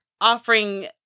offering